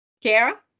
Kara